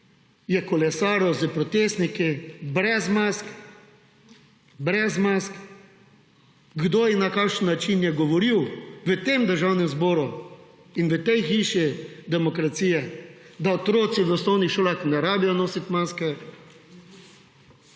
je kolesaril s protestniki brez mask? Kdo in na kakšen način je govoril v Državnem zboru in v tej hiši demokracije, da otroci v osnovnih šolah ne rabijo nositi maske?